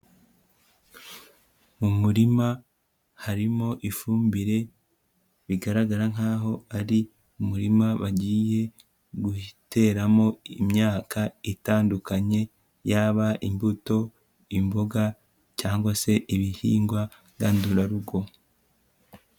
Mu murima harimo ifumbire bigaragara nkaho ari umurima bagiye guteramo imyaka itandukanye: yaba imbuto, imboga cyangwa se ibihingwa ndandurarugo.